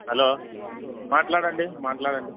hello మాట్లాడండి మాట్లాడండి